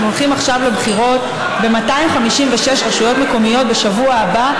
אנחנו הולכים לבחירות ב-256 רשויות מקומיות בשבוע הבא.